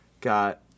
Got